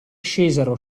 scesero